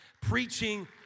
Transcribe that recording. preaching